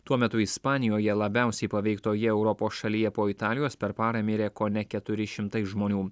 tuo metu ispanijoje labiausiai paveiktoje europos šalyje po italijos per parą mirė kone keturi šimtai žmonių